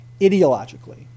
ideologically